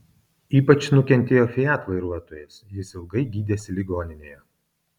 ypač nukentėjo fiat vairuotojas jis ilgai gydėsi ligoninėje